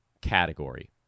category